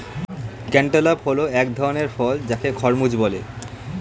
cantaloupe হল এক ধরণের ফল যাকে খরমুজ বলে